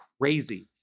crazy